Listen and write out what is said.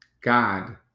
God